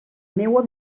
meua